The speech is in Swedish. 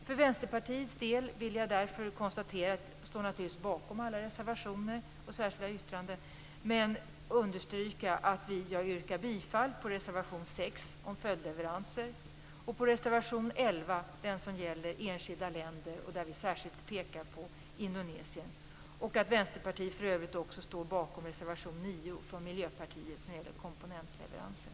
För Vänsterpartiets del vill jag därför konstatera att vi står bakom alla reservationer och särskilda yttranden och understryka att vi yrkar bifall till reservation 6 om följdleveranser och till reservation 11, som gäller enskilda länder. Vi pekar särskilt på Indonesien. Vänsterpartiet står för övrigt också bakom reservation 9 från Miljöpartiet, som gäller komponentleveranser.